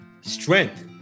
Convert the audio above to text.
strength